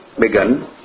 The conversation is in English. begun